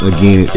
Again